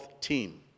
team